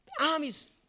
armies